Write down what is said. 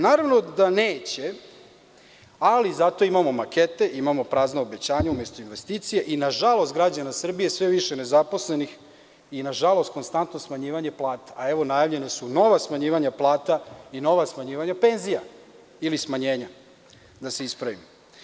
Naravno da neće, ali zato imamo makete, imamo prazna obećanja umesto investicija i nažalost građana Srbije sve više nezaposlenih i nažalost konstantno smanjivanje plata, a evo najavljena su nova smanjivanja plata i nova smanjivanja penzija ili smanjenje, da se ispravim.